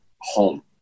home